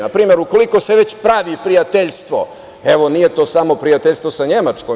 Na primer, ukoliko se već pravi prijateljstvo, evo nije to samo prijateljstvo sa Nemačkom.